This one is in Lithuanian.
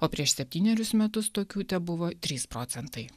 o prieš septynerius metus tokių tebuvo trys procentai